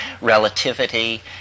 relativity